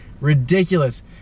Ridiculous